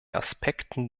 aspekten